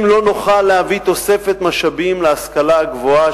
אם לא נוכל להביא תוספת משאבים להשכלה הגבוהה,